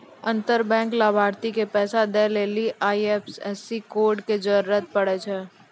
अंतर बैंक लाभार्थी के पैसा दै लेली आई.एफ.एस.सी कोड के जरूरत पड़ै छै